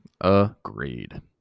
Agreed